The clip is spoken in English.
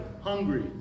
hungry